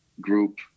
group